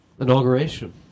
inauguration